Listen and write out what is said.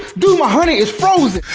dude my honey is frozen!